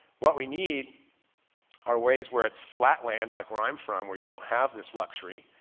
what we need are ways where it's flat land, like where i'm from, where you don't have this luxury,